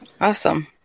awesome